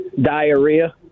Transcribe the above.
Diarrhea